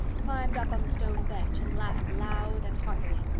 climbed upon the stone bench and laughed loud and heartily.